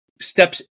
steps